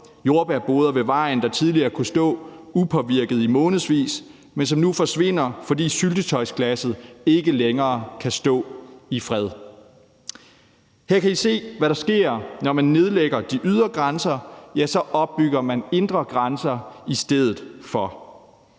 jordbærboder ved vejen, der tidligere kunne stå upåvirket i månedsvis, men som nu forsvinder, fordi syltetøjsglassene ikke længere kan stå i fred. Her kan I se, hvad der sker, når man nedlægger de ydre grænser. Gør man det, opbygger man indre grænser i stedet for.